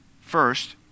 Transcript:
first